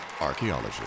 Archaeology